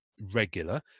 regular